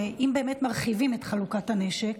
שאם באמת מרחיבים את חלוקת הנשק,